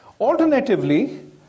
Alternatively